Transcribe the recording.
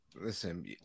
listen